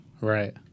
Right